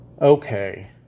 Okay